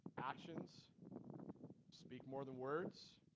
actions speak more than words